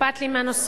אכפת לי מהנושא.